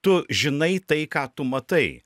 tu žinai tai ką tu matai